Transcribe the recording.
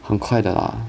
很快的 lah